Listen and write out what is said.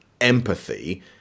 empathy